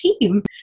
team